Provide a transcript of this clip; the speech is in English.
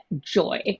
joy